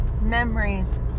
memories